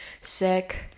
sick